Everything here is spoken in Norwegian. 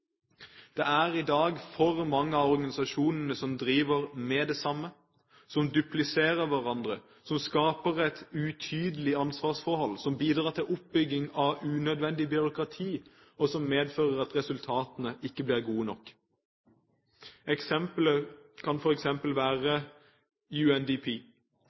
Det er i dag for mange av organisasjonene som driver med det samme, som dupliserer hverandre. Det skaper et utydelig ansvarsforhold, bidrar til oppbygging av unødvendig byråkrati og medfører at resultatene ikke blir gode nok. Et eksempel kan være UNDP